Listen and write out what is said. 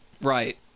Right